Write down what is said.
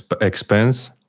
expense